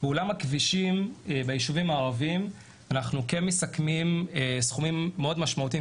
בעולם הכבישים ביישובים הערביים אנחנו מסכמים סכומים מאד משמעותיים,